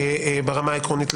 לפחות ברמה העקרונית.